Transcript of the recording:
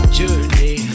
journey